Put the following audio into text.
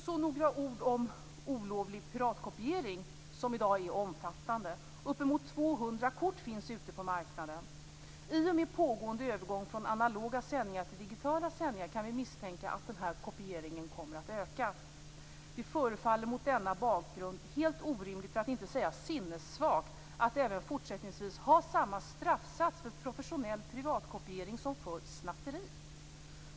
Så några ord om olovlig piratkopiering, som i dag är en omfattande verksamhet. Det finns uppemot 200 kort ute på marknaden. I och med pågående övergång från analoga sändningar till digitala sändningar kan vi misstänka att kopieringen kommer att öka. Mot denna bakgrund förefaller det helt orimligt - för att inte säga sinnessvagt - att även fortsättningsvis ha samma straffsats för professionell privatkopiering som för snatteri.